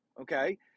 Okay